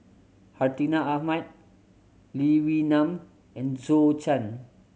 Hartinah Ahmad Lee Wee Nam and Zhou Can